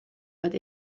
bat